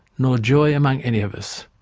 nor joy among any of us.